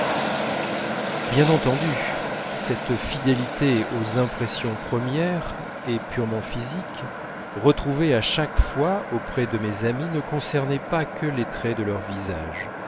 bien entendu cette fidélité aux impressions premières et purement physiques retrouvées à chaque fois auprès de mes amies ne concernait pas que les traits de leur visage